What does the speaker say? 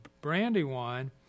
brandywine